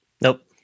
nope